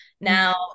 Now